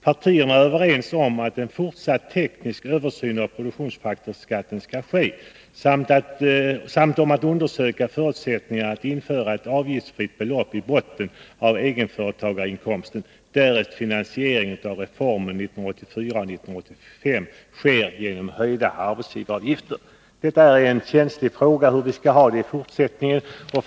Partierna är överens om att en fortsatt teknisk översyn av produktionsfaktorskatten skall ske samt om att undersöka förutsättningarna att införa ett avgiftsfritt belopp i botten av egenföretagarinkomsten därest finansieringen av reformen 1984 och 1985 sker genom höjda arbetsgivaravgifter.” Hur vi skall ha det i fortsättningen är en känslig fråga.